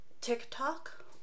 TikTok